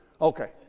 Okay